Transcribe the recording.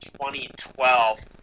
2012